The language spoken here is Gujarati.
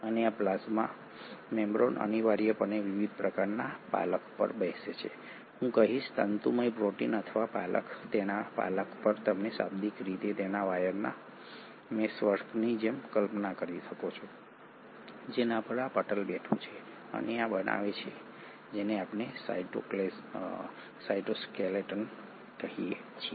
અને આ પ્લાઝ્મા મેમ્બ્રેન અનિવાર્યપણે વિવિધ પ્રકારના પાલખ પર બેસે છે હું કહીશ તંતુમય પ્રોટીન અથવા પાલખ તેના પાલખ પર તમે શાબ્દિક રીતે તેને વાયરના મેશવર્કની જેમ કલ્પના કરી શકો છો જેના પર આ પટલ બેઠું છે અને આ બનાવે છે જેને આપણે સાઇટોસ્કેલેટન કહીએ છીએ